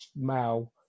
Mao